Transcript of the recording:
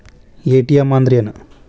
ATM ಅಂದ್ರ ಏನು?